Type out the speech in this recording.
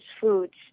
foods